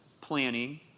planning